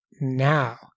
now